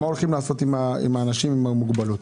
מה הולכים לעשות עם האנשים עם המוגבלות.